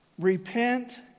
Repent